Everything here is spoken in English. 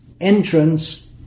entrance